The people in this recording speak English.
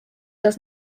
does